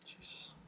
Jesus